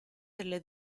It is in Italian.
delle